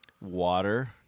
Water